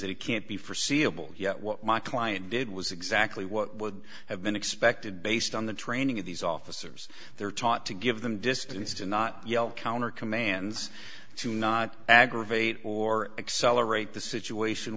that it can't be forseeable yet what my client did was exactly what would have been expected based on the training of these officers they're taught to give them distance to not yell counter commands to not aggravate or accelerate the situation